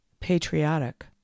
patriotic